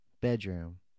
bedroom